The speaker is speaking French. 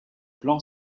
plan